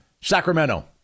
Sacramento